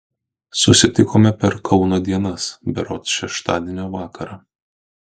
susitikome per kauno dienas berods šeštadienio vakarą